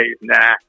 Nah